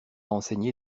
enseigner